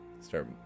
start